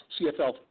CFL